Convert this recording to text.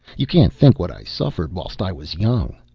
you can't think what i suffered whilst i was young.